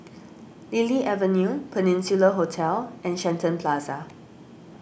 Lily Avenue Peninsula Hotel and Shenton Plaza